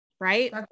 right